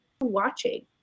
watching